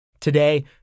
Today